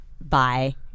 bye